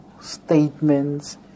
statements